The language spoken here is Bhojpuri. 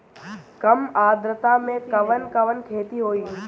कम आद्रता में कवन कवन खेती होई?